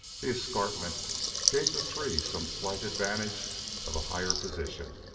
the escarpment gave the three some slight advantage of a higher position.